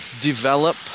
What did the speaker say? develop